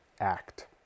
Act